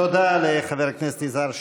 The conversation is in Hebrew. תודה לחבר הכנסת יזהר שי.